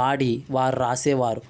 వాడి వారు రాసేవారు